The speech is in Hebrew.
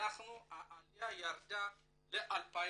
העלייה ירדה ל-2,452.